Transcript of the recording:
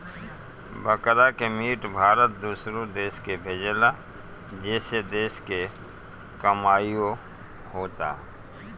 बकरा के मीट भारत दूसरो देश के भेजेला जेसे देश के कमाईओ होता